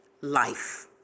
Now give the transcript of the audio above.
life